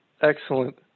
excellent